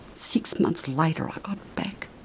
six months later i got back.